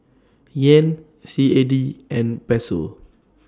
Yen C A D and Peso